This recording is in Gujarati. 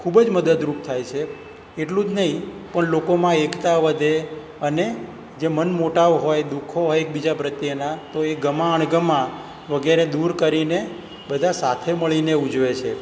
ખૂબ જ મદદરૂપ થાય છે એટલું જ નહીં પણ લોકોમાં એકતા વધે અને જે મનમોટાવ હોય દુખો હોય એકબીજા પ્રત્યેના તો એ ગમા અણગમા વગેરે દૂર કરીને બધા સાથે મળીને ઉજવે છે